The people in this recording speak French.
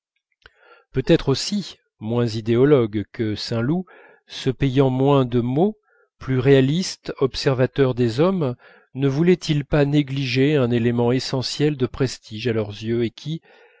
peut-être aussi moins idéologue que saint loup se payant moins de mots plus réaliste observateur des hommes ne voulait-il pas négliger un élément essentiel de prestige à leurs yeux et qui